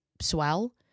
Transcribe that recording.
swell